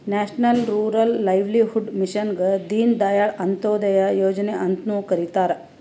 national rural livelihood ಮಿಷನ್ಗ ದೀನ್ ದಯಾಳ್ ಅಂತ್ಯೋದಯ ಯೋಜನೆ ಅಂತ್ನು ಕರಿತಾರ